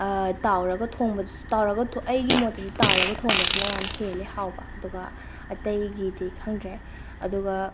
ꯇꯥꯎꯔꯒ ꯊꯣꯡꯕ ꯑꯩꯒꯤ ꯃꯣꯠꯇꯗꯤ ꯇꯥꯎꯔꯒ ꯊꯣꯡꯕꯁꯤꯅ ꯌꯥꯝ ꯍꯦꯜꯂꯦ ꯍꯥꯎꯕ ꯑꯗꯨꯒ ꯑꯇꯩꯒꯤꯗꯤ ꯈꯪꯗ꯭ꯔꯦ ꯑꯗꯨꯒ